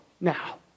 now